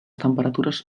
temperatures